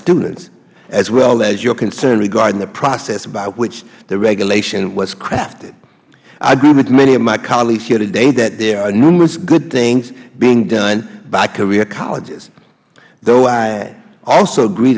students as well as your concern regarding the process by which the regulation was crafted i agree with many of my colleagues here today that there are numerous good things being done by career colleges though i also agree